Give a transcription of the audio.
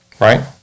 right